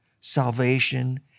salvation